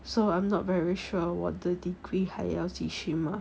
so I'm not very sure 我的 degree 还要继续吗